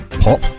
Pop